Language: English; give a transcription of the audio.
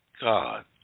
God